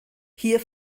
hier